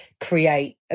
create